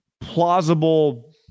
plausible